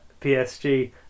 PSG